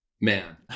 Man